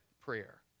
prayer